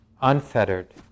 unfettered